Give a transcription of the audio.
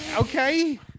Okay